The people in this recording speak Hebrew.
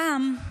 פעם,